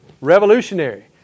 Revolutionary